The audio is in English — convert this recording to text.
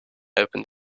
opened